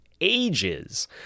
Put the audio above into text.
ages